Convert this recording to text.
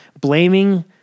blaming